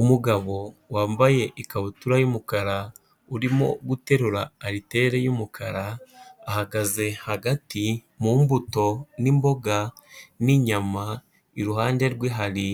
Umugabo wambaye ikabutura y'umukara urimo guterura alitel y'umukara ahagaze hagati mu mbuto n'imboga n'inyama iruhande rwe hari